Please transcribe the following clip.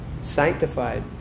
sanctified